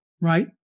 right